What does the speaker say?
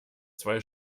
zwei